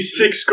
six